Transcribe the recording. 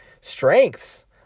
strengths